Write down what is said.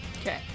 Okay